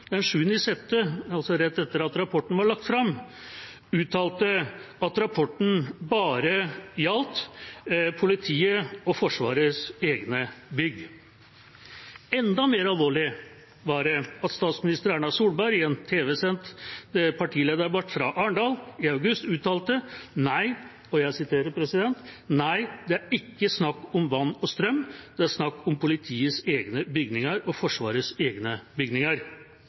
den 7. juni, altså rett etter at rapporten var lagt fram, uttalte at rapporten bare gjaldt politiets og Forsvarets egne bygg. Enda mer alvorlig var det at statsminister Erna Solberg i en tv-sendt partilederdebatt fra Arendal i august uttalte: «Nei, det er ikke snakk om vann og strøm. Det er snakk om politiets egne bygninger og forsvarets egne bygninger.»